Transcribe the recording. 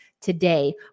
today